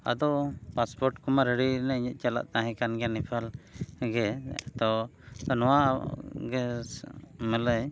ᱟᱫᱚ ᱯᱟᱥᱯᱳᱨᱴ ᱠᱚᱢᱟ ᱨᱮᱰᱤᱭᱟᱞᱤᱧ ᱪᱟᱞᱟᱜ ᱛᱟᱦᱮᱸ ᱠᱟᱱ ᱜᱮᱭᱟ ᱱᱮᱯᱟᱞ ᱜᱮ ᱛᱚ ᱱᱚᱣᱟ ᱜᱮ ᱢᱮᱱᱟᱹᱧ